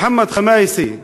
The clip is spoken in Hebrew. מוחמד ח'מאיסה מכפר-כנא,